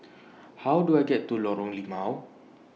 How Do I get to Lorong Limau